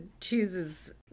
chooses